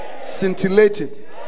scintillated